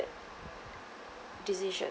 decision